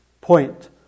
point